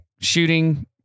shooting